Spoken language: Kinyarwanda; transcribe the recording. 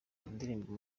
indirimbo